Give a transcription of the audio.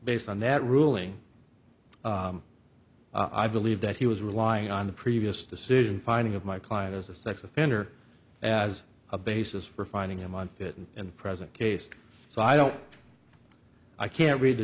based on that ruling i believe that he was relying on the previous decision finding of my client as a sex offender and as a basis for finding him on fit and present case so i don't i can't read the